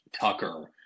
Tucker